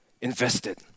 invested